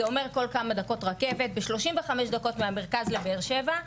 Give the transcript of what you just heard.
זה אומר בכל כמה דקות רכבת ו-35 דקות מהמרכז לבאר שבע.